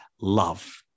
love